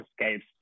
escapes